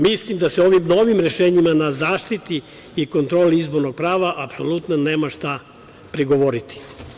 Mislim da se ovim novim rešenjima na zaštiti i kontroli izbornog prava apsolutno nema šta prigovoriti.